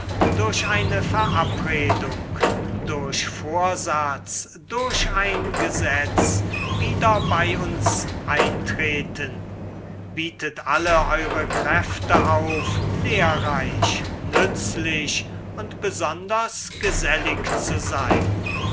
durch eine verabredung durch vorsatz durch ein gesetz wieder bei uns eintreten bietet alle eure kräfte auf lehrreich nützlich und besonders gesellig zu sein